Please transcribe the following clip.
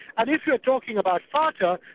and if you're talking about fata,